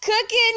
cooking